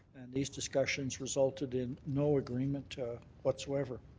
and these discussions resulted in no agreement whatsoever.